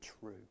true